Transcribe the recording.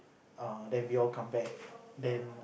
uh then we all come back then